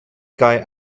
guy